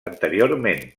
anteriorment